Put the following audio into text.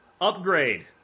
Upgrade